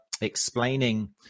explaining